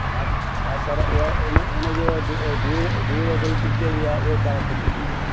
हा हा पर उहा उन उन जो ड्यू ड्यू ड्यूरेबिलिटी कहिड़ी आहे उहो तव्हांखे ॾिसिबो आहे